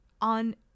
on